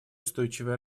устойчивое